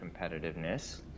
competitiveness